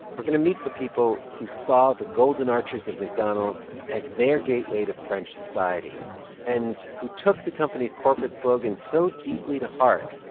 we're going to meet the people who saw the golden arches of mcdonald's as their gateway to french society and who took the company's corporate slogan so deeply to heart,